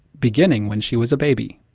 beginning when she was a baby.